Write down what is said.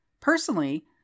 Personally